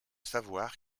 savoir